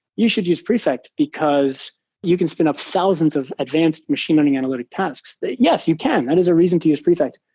you should use prefect because you can spin up thousands of advanced machine learning analytic tasks. yes, you can, and there's a reason to use prefect.